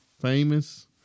famous